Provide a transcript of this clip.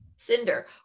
Cinder